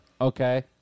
Okay